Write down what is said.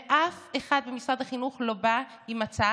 ואף אחד במשרד החינוך לא בא עם הצעה